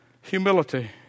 Humility